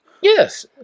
Yes